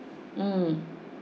mm